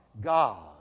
God